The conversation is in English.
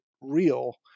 real